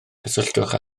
cysylltwch